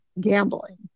gambling